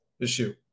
issue